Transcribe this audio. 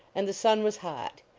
and the sun was hot.